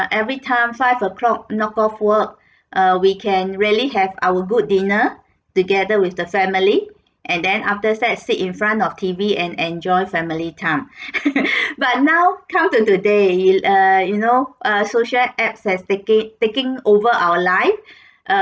and every time five o'clock knock off work uh we can really have our good dinner together with the family and then after that sit in front of T_V and enjoy family time but now come to today you err you know err social apps has taking taking over our life err